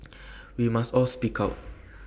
we must all speak out